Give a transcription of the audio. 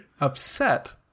upset